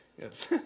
Yes